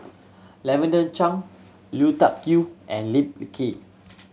Lavender Chang Lui Tuck Yew and Lee Kip